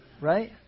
right